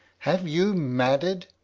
have you madded.